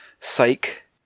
psych